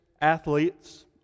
athletes